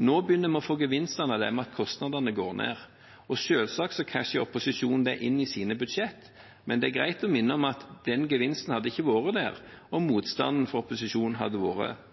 Nå begynner vi å få gevinstene av det ved at kostnadene går ned, og selvsagt casher opposisjonen det inn i sine budsjett, men det er greit å minne om at den gevinsten hadde ikke vært der om motstanden fra opposisjonen hadde vært